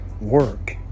work